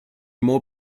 more